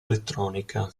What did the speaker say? elettronica